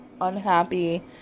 unhappy